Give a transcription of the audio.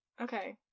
Okay